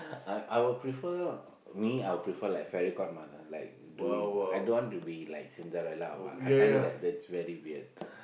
I I will prefer me I prefer like fairy god mother like doing I don't want to be like Cinderella or one I find it like that's very weird